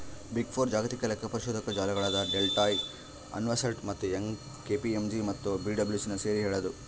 big four ಜಾಗತಿಕ ಲೆಕ್ಕಪರಿಶೋಧಕ ಜಾಲಗಳಾದ ಡೆಲಾಯ್ಟ್, ಅರ್ನ್ಸ್ಟ್ ಮತ್ತೆ ಯಂಗ್, ಕೆ.ಪಿ.ಎಂ.ಜಿ ಮತ್ತು ಪಿಡಬ್ಲ್ಯೂಸಿನ ಸೇರಿ ಹೇಳದು